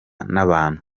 n’abantu